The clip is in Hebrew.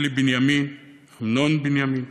אלי בנימין, אמנון בנימין,